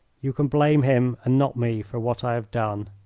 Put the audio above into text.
you can blame him and not me for what i have done.